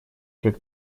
как